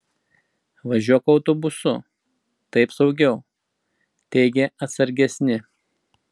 važiuok autobusu taip saugiau teigė atsargesni